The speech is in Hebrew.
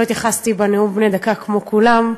לא התייחסתי בנאומים בני דקה כמו כולם,